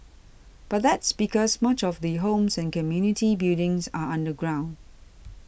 but that's because much of the homes and community buildings are underground